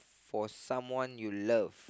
for someone you love